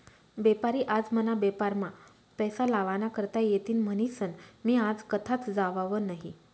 बेपारी आज मना बेपारमा पैसा लावा ना करता येतीन म्हनीसन मी आज कथाच जावाव नही